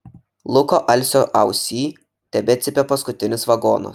luko alsio ausyj tebecypia paskutinis vagonas